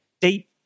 deep